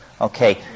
okay